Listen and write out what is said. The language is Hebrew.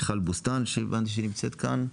מיכל בוסתן שהבנתי שהיא נמצאת כאן?